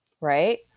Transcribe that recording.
right